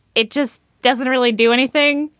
it just doesn't really do anything.